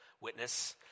witness